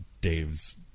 Dave's